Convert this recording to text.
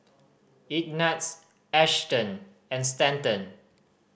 Ignatz Ashton and Stanton